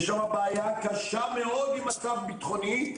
יש שמה בעיה קשה מאוד עם מצב בטחוני,